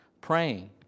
praying